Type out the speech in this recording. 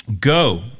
Go